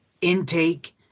intake